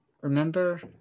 Remember